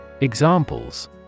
Examples